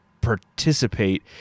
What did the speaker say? participate